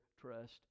trust